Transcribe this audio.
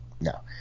no